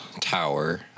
tower